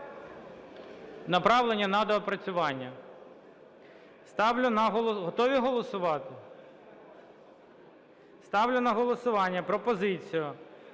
Готові голосувати? Ставлю на голосування пропозицію